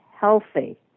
healthy